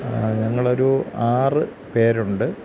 ഞങ്ങളൊരു ആറ് പേരുണ്ട്